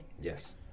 Yes